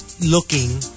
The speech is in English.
looking